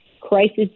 Crisis